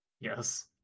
Yes